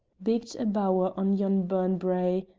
bigged a bower on yon burn-brae,